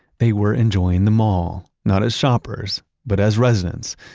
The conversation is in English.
they were enjoying the mall, not as shoppers, but as residents.